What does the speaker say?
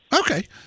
Okay